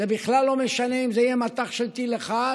זה בכלל לא משנה אם זה יהיה מטח של טיל אחד,